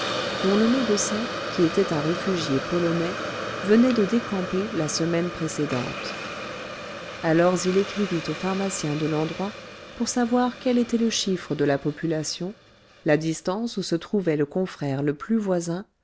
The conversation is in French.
dont le médecin qui était un réfugié polonais venait de décamper la semaine précédente alors il écrivit au pharmacien de l'endroit pour savoir quel était le chiffre de la population la distance où se trouvait le confrère le plus voisin